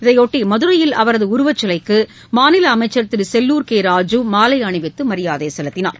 இதையொட்டி மதுரையில் அவரது உருவச்சிலைக்கு மாநில அமைச்சர் திரு செல்லூர் கே ராஜு மாலை அணிவித்து மரியாதை செலுத்தினார்